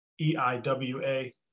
EIWA